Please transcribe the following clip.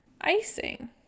icing